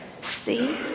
see